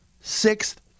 Sixth